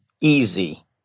easy